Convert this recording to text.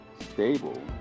stable